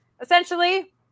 essentially